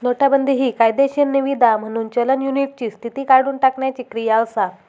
नोटाबंदी हि कायदेशीर निवीदा म्हणून चलन युनिटची स्थिती काढुन टाकण्याची क्रिया असा